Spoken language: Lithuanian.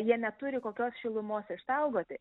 jie neturi kokios šilumos išsaugoti